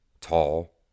Tall